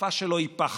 השפה שלו היא פחד,